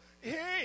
hey